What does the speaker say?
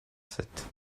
sept